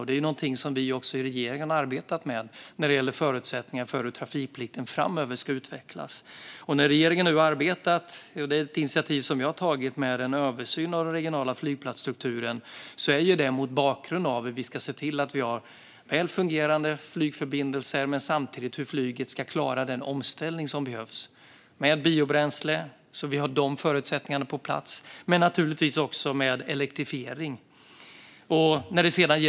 Det är något som också vi i regeringen har arbetat med, när det gäller förutsättningar för hur trafikplikten framöver ska utvecklas. När regeringen nu har arbetat med en översyn av den regionala flygplatsstrukturen, ett initiativ som jag har tagit, är det mot bakgrund av att vi ska se till att ha välfungerande flygförbindelser och samtidigt se på hur flyget ska klara den omställning som behövs. Det handlar om biobränsle, så de förutsättningarna måste finnas på plats, och naturligtvis också om elektrifiering.